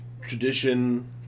tradition